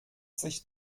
sich